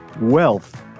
Wealth